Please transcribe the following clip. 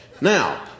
Now